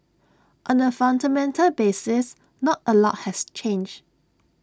on A fundamental basis not A lot has changed